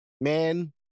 Man